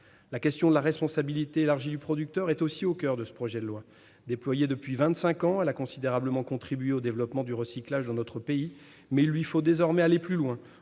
La question de la responsabilité élargie du producteur, ou REP, est aussi au coeur de ce projet de loi. Déployée depuis vingt-cinq ans, elle a considérablement contribué au développement du recyclage dans notre pays, mais il lui faut désormais aller plus loin,